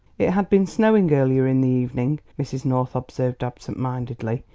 it had been snowing earlier in the evening, mrs. north observed absent-mindedly,